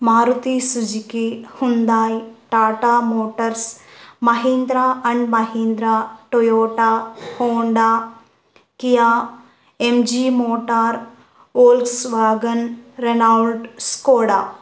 Maruti Suzuki Hyundai Tata Motors Mahindra and Mahindra Toyota Honda Kia MG Motors Volkswagen Renault Skoda